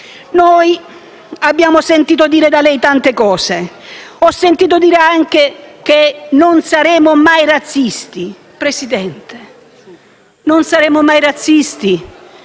Noi abbiamo sentito dire da lei tante cose. Ho sentito dire anche che non sarete mai razzisti. Presidente, non sarete mai razzisti